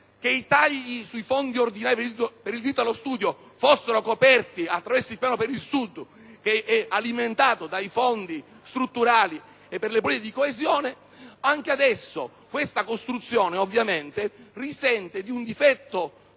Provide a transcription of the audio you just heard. che i tagli sui fondi ordinari per il diritto allo studio fossero coperti attraverso il piano per il Sud, che è alimentato dai fondi strutturali e per le politiche di coesione. Anche in questo caso, questa costruzione risente di un difetto